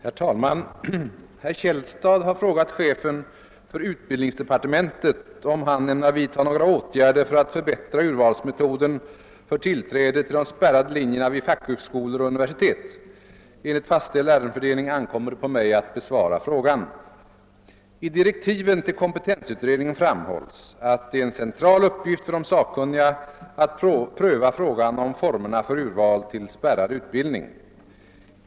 Herr talman! Herr Källstad har frågat chefen för utbildningsdepartementet om han ämnar vidta några åtgärder för att förbättra urvalsmetoden för tillträde till de spärrade linjerna vid fackhögskolor och universitet. Enligt fastställd ärendefördelning ankommer det på mig att besvara frågan. I direktiven till kompetensutredningen framhålls att det är en central uppgift för de sakkunniga att pröva frågan om formerna för urval till spärrad utbildning.